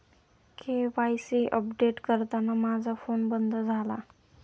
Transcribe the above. KYC update करताना माझा phone बंद झाला